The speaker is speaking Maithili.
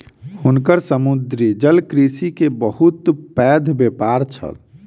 हुनकर समुद्री जलकृषि के बहुत पैघ व्यापार छल